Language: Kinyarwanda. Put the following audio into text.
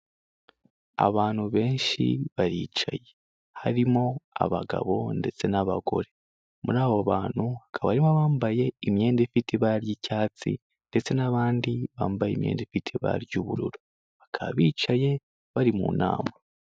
Abantu benshi baricaye, harimo abagabo ndetse n'abagore, muri abo bantukaba arimo bambaye imyenda ifite ibara ry'icyatsi, ndetse n'abandi bambaye imyenda ifite ibara ry'ubururu, bakaba bicaye bari mu nama.